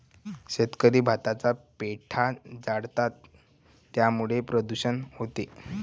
शेतकरी भाताचा पेंढा जाळतात त्यामुळे प्रदूषण होते